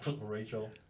Rachel